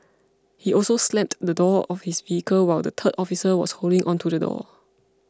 he also slammed the door of his vehicle while the third officer was holding onto the door